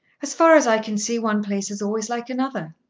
as far as i can see one place is always like another.